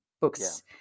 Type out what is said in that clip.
books